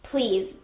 Please